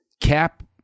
Cap